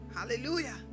Hallelujah